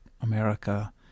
America